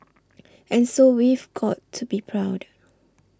and so we've got to be proud